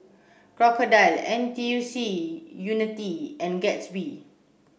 Crocodile N T U C Unity and Gatsby